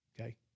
okay